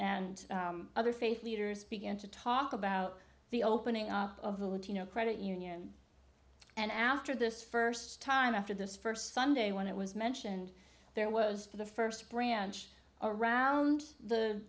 and other faith leaders began to talk about the opening up of the latino credit union and after this first time after this first sunday when it was mentioned there was the first branch around the